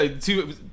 two